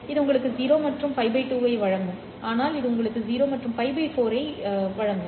இது உங்களுக்கு 0 மற்றும் л 2 ஐ வழங்கும் ஆனால் இது உங்களுக்கு 0 மற்றும் л 4 ஐ வழங்கும்